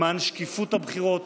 למען שקיפות הבחירות